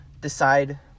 decide